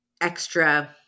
extra